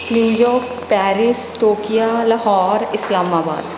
New York Paris Tokyo Lahore Islamabad